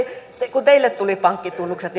kun teille tuli pankkitunnukset